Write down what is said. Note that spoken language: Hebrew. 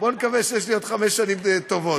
בוא נקווה שיש לי עוד חמש שנים טובות.